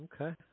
okay